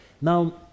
Now